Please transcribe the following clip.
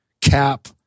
cap